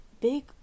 big